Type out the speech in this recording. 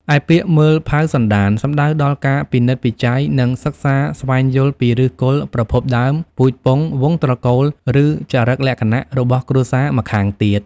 ឯពាក្យ មើលផៅសន្តាន សំដៅដល់ការពិនិត្យពិច័យ និងសិក្សាស្វែងយល់ពី ឫសគល់ ប្រភពដើម ពូជពង្ស វង្សត្រកូល ឬចរិតលក្ខណៈ របស់គ្រួសារម្ខាងទៀត។